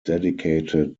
dedicated